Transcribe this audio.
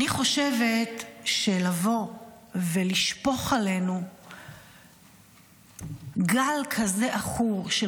אני חושבת שלבוא ולשפוך עלינו גל כזה עכור של